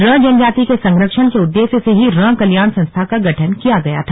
रं जनजाति के संरक्षण के उद्देश्य से ही रं कल्याण संस्था का गठन किया गया था